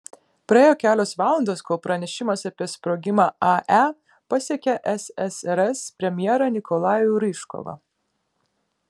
praėjo kelios valandos kol pranešimas apie sprogimą ae pasiekė ssrs premjerą nikolajų ryžkovą